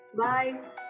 Bye